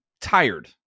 tired